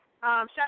Shout